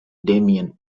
damien